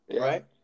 Right